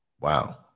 Wow